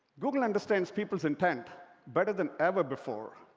google understands people's intent better than ever before,